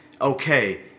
Okay